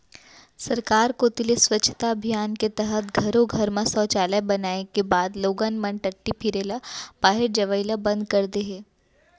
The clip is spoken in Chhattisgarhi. सरकार कोती ले स्वच्छता अभियान के तहत घरो घर म सौचालय बनाए के बाद लोगन मन टट्टी फिरे ल बाहिर जवई ल बंद कर दे हें